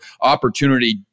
Opportunity